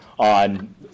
on